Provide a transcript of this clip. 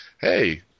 Hey